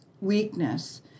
weakness